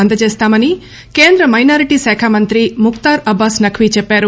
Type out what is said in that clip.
అందజేస్తామని కేంద్రమైనారిటీ శాఖామంత్రి ముక్తార్ అబ్బాస్ నఖ్వీ చెప్పారు